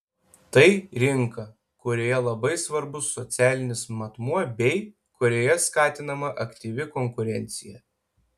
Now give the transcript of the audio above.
tai rinka kurioje labai svarbus socialinis matmuo bei kurioje skatinama aktyvi konkurencija